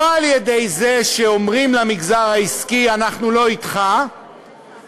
לא על-ידי זה שאומרים למגזר העסקי: אנחנו לא אתך,